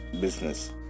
business